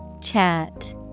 Chat